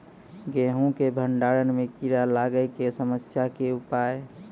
गेहूँ के भंडारण मे कीड़ा लागय के समस्या के उपाय?